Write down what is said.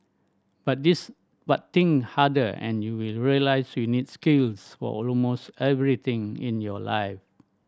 but this but think harder and you will realise you need skills for almost everything in your life